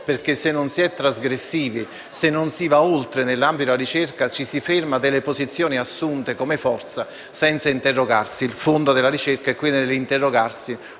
perché se non si è trasgressivi, se non si va oltre, nell'ambito della ricerca ci si ferma su posizioni assunte come forza, senza interrogarsi. Il fondamento della ricerca è interrogarsi,